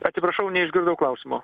atsiprašau neišgirdau klausimo